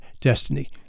destiny